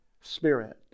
spirit